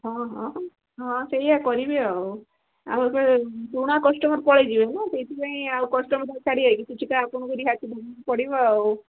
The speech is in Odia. ହଁ ହଁ ହଁ ସେଇୟା କରିବି ଆଉ ଆଉ ଏ ପୁରୁଣା କଷ୍ଟମର ପଳେଇଯିବେ ନା ସେଥିପାଇଁ ଆଉ କଷ୍ଟମରଟା ଛାଡ଼ି ବାକି କିଛିଟା ଆପଣଙ୍କୁ ରିହାତି ଦେବାକୁ ପଡ଼ିବ ଆଉ